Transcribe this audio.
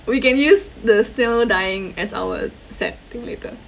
we can use the still dying as our sad thing later